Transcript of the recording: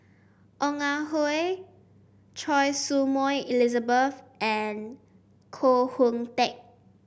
Ong Ah Hoi Choy Su Moi Elizabeth and Koh Hoon Teck